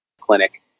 clinic